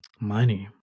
Money